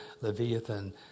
Leviathan